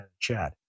Chad